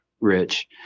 Rich